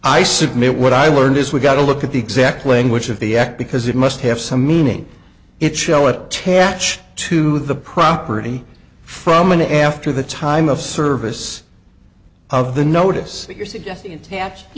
i submit what i learned is we've got to look at the exact language of the act because it must have some meaning it show attach to the property from an after the time of service of the notice if you're suggesting